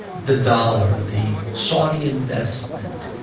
the dollar, the saudi investment,